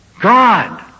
God